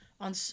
on